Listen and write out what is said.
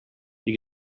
you